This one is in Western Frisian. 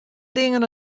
dingen